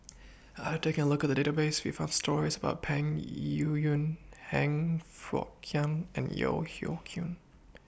after taking A Look At The Database We found stories about Peng Yuyun Han Fook Kwang and Yeo Hoe Koon